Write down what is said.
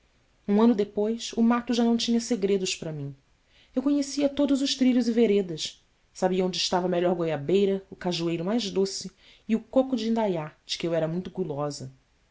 um ano depois o mato já não tinha segredos para mim eu conhecia todos os trilhos e veredas sabia onde estava a melhor goiabeira o cajueiro mais doce e o coco de indaiá de que eu era muito gulosa